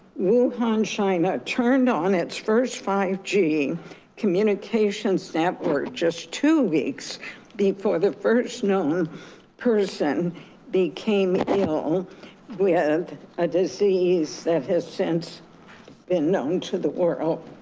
wuhan china turned on its first five g communications network just two weeks before the first known person became ill with a disease that has since been known to the world.